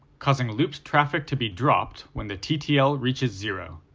causing looped traffic to be dropped when the ttl reaches zero.